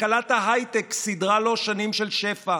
וכלכלת ההייטק סידרה לו שנים של שפע.